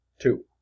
Two